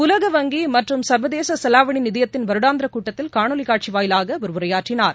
உலக வங்கி மற்றும் சா்வதேச செலாவணி நிதியத்தின் வருடாந்திர கூட்டத்தில் காணொலி காட்சி வாயிலாக அவர் உரையாற்றினார்